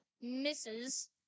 Misses